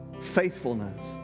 faithfulness